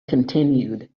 continued